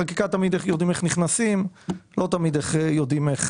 חקיקה תמיד יודעים איך נכנסים ולא תמיד יודעים איך